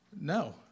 No